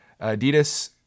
Adidas